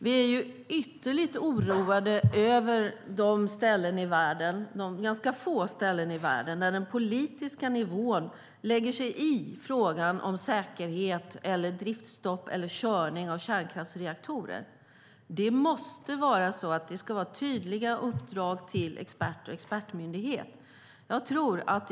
Vi är ytterligt oroade över de ganska få ställen i världen där den politiska nivån lägger sig i frågan om säkerhet, driftstopp eller körning av kärnkraftsreaktorer. Det ska vara tydliga uppdrag till experter och expertmyndighet.